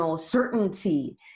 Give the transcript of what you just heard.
certainty